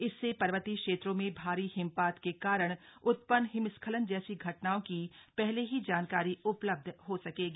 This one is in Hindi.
इससे पर्वतीय क्षेत्रों में भारी हिमपात के कारण उत्पन्न हिमस्खलन जैसी घटनाओं की पहले ही जानकारी उपलब्ध हो सकेगी